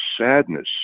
sadness